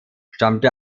stammte